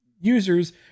users